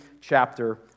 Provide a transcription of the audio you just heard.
chapter